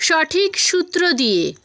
সঠিক সূত্র দিয়ে